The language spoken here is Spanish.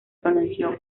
pronunció